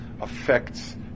affects